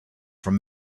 from